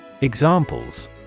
Examples